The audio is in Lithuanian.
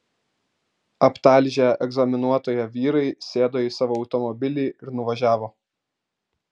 aptalžę egzaminuotoją vyrai sėdo į savo automobilį ir nuvažiavo